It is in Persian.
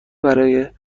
برای